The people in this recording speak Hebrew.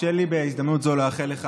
תרשה לי בהזדמנות זו לאחל לך,